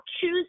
choose